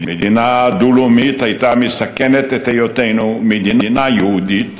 מדינה דו-לאומית הייתה מסכנת את היותנו מדינה יהודית